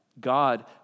God